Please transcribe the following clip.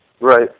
Right